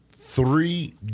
Three